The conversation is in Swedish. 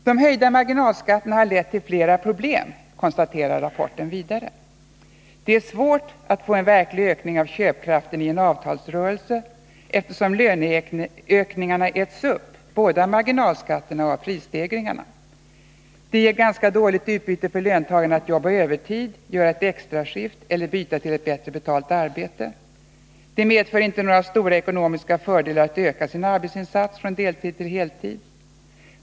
De höjda marginalskatterna har lett till flera problem, konstateras vidare i rapporten: Det är svårt att få en verklig ökning av köpkraften i en avtalsrörelse, eftersom löneökningarna ”äts upp” både av marginalskatterna och av prisstegringarna. Det ger ganska dåligt utbyte för löntagare att jobba övertid, göra ett extra skift eller byta till ett bättre betalt arbete. Det medför inte några stora ekonomiska fördelar att öka arbetsinsatsen från deltid till heltid.